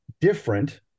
different